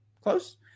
Close